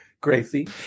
Gracie